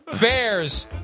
Bears